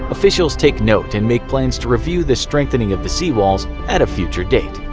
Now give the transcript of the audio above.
officials take note and make plans to review the strengthening of the sea walls at a future date.